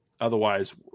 otherwise –